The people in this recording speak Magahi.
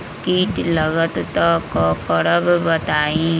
कीट लगत त क करब बताई?